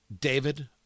David